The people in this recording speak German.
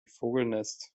vogelnest